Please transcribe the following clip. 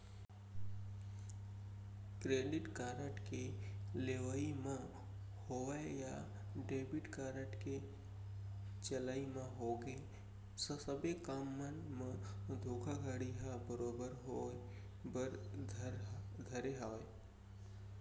credit card के लेवई म होवय या डेबिट कारड के चलई म होगे सबे काम मन म धोखाघड़ी ह बरोबर होय बर धरे हावय